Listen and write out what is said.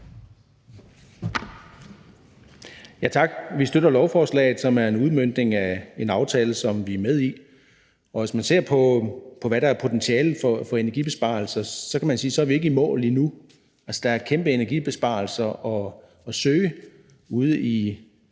Tak. Vi støtter lovforslaget, som er en udmøntning af en aftale, som vi er med i. Hvis man ser på, hvad der er potentialet for energibesparelser, så kan man sige, at vi ikke er i mål endnu. Altså, der er kæmpe energibesparelser at søge ude i